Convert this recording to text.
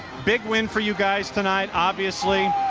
big win for you guys tonight. obviously,